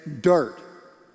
dirt